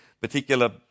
particular